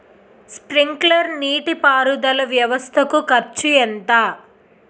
Sprinkler నీటిపారుదల వ్వవస్థ కు ఖర్చు ఎంత?